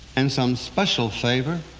and some special favor.